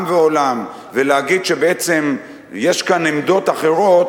ועולם להגיד שבעצם יש כאן עמדות אחרות,